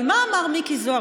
אבל מה אמר מיקי זוהר,